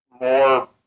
more